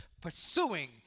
pursuing